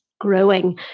growing